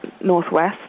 Northwest